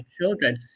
children